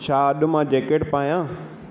छा अॼु मां जैकेट पायां